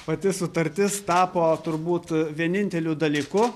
pati sutartis tapo turbūt vieninteliu dalyku